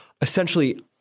essentially